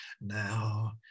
now